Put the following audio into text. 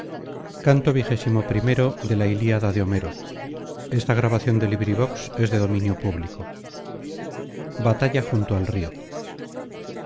batalla junto al río